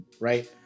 right